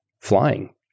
flying